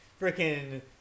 Freaking